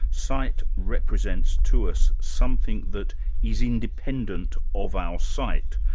sight represents to us something that is independent of our sight.